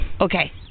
okay